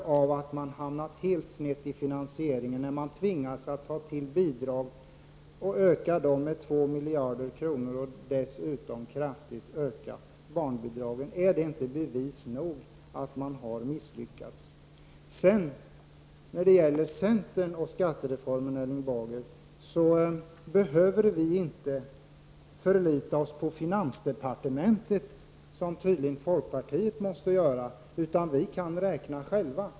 Har ni inte hamnat helt snett i finansieringen när ni tvingas att ta till bidrag och öka dem med 2 miljarder kronor och dessutom kraftigt öka barnbidragen? Är inte detta bevis nog för att ni har misslyckats? När det sedan gäller centern och skattereformen, Erling Bager, behöver vi i centern inte förlita oss på finansdepartementet, vilket tydligen folkpartiet måste göra. Vi kan räkna själva.